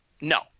no